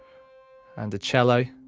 and a cello